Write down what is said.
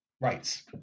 rights